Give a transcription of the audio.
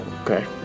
Okay